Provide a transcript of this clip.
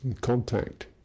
Contact